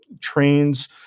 trains